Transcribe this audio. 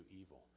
evil